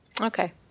Okay